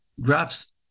graphs